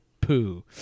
poo